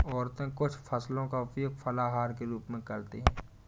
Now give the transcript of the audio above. औरतें कुछ फसलों का उपयोग फलाहार के रूप में करते हैं